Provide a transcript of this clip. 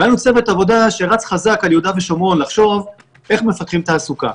היה לנו סרט עבודה שרץ חזק על יהודה ושומרון לחשוב איך מפתחים תעסוקה.